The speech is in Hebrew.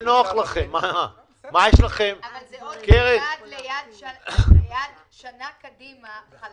כרגע עוד לא נקבעה פגישה.